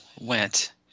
went